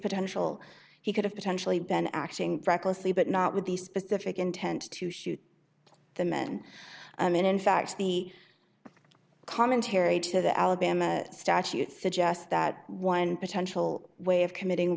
potential he could have potentially been acting recklessly but not with the specific intent to shoot the men i mean in fact the commentary to the alabama statute suggests that one potential way of committing